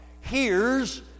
hears